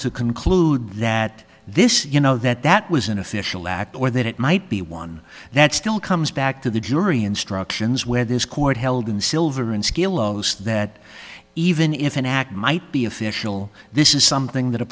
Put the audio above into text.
to conclude that this you know that that was an official act or that it might be one that still comes back to the jury instructions where this court held in silver and skill owes that even if an act might be official this is something that